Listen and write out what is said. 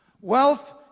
Wealth